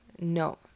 no